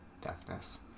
deafness